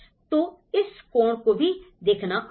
तो इस कोण को भी देखना आवश्यक है